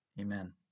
amen